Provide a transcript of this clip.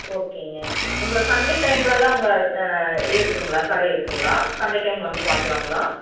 ஓகேங்க உங்கள் சண்டே டைம்லலாம் உங்கள் க இது இருக்குதுங்களா கடை இருக்குதுங்களா சண்டே டைம் வந்து பார்க்கலாங்களா